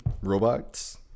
robots